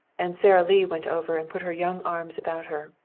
and sara lee went over and put her young arms about her.